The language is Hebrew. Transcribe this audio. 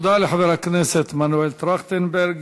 תודה לחבר הכנסת מנואל טרכטנברג.